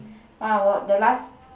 one hour the last